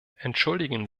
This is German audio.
entschuldigen